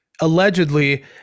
allegedly